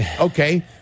okay